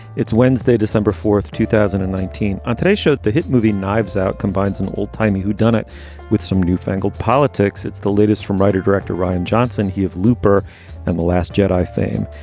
it's wednesday, december fourth, two thousand and nineteen. on today's show, the hit movie knives out combines an old timey whodunit with some newfangled politics. it's the latest from writer-director ryan johnson. he of looper and the last jedi theme.